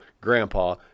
grandpa